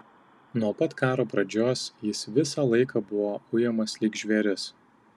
nuo pat karo pradžios jis visą laiką buvo ujamas lyg žvėris